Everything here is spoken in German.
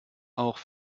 auch